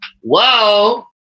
Whoa